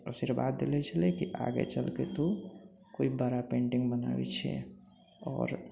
आशीर्वाद देले छलै की आगे चलके तू कोइ बड़ा पेन्टिंग बनाबै छियै आओर